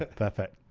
ah perfect.